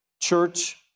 church